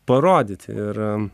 parodyti ir